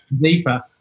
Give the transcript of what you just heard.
deeper